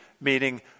meaning